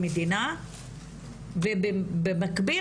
מדינה ובמקביל,